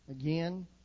again